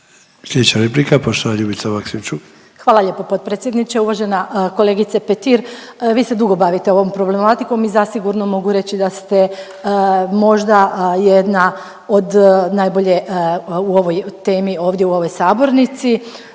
**Maksimčuk, Ljubica (HDZ)** Hvala lijepo potpredsjedniče. Uvažena kolegice Petir, vi se dugo bavite ovom problematikom i zasigurno mogu reći da ste možda jedna od najbolje u ovoj temi ovdje u ovoj sabornici.